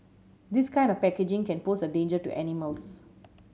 this kind of packaging can pose a danger to animals